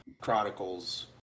Chronicles